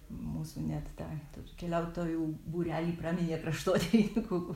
mūsų net tą keliautojų būrelį praminė kraštotyrininkų